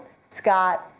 Scott